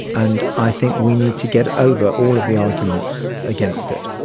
and i think we need to get over all of the arguments against it.